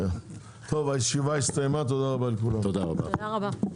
הישיבה הסתיימה, תודה רבה לכולם.